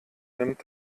nimmt